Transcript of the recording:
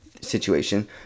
situation